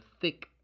thick